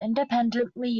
independently